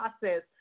process